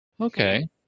Okay